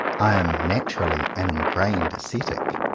i am naturally an ingrained ascetic,